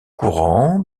courants